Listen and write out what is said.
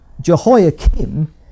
Jehoiakim